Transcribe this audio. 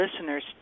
listeners